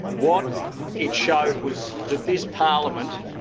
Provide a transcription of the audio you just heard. what it showed was that this parliament,